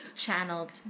channeled